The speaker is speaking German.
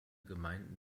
gemeinden